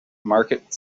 market